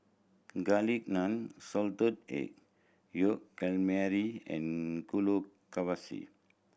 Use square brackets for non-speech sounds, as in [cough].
Garlic Naan Salted Egg Yolk Calamari and [unintelligible]